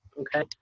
Okay